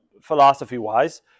philosophy-wise